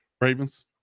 Ravens